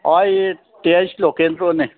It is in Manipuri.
ꯑꯣ ꯑꯩ ꯇꯤ ꯑꯩꯁ ꯂꯣꯀꯦꯟꯗ꯭ꯔꯣꯅꯦ